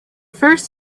first